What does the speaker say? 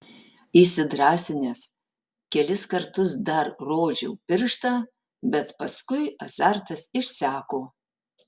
įsidrąsinęs kelis kartus dar rodžiau pirštą bet paskui azartas išseko